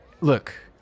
look